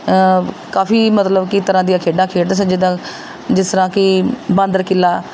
ਕਾਫੀ ਮਤਲਬ ਕਿ ਤਰ੍ਹਾਂ ਦੀਆਂ ਖੇਡਾਂ ਖੇਡਦੇ ਸਨ ਜਿੱਦਾਂ ਜਿਸ ਤਰ੍ਹਾਂ ਕਿ ਬਾਂਦਰ ਕਿੱਲਾ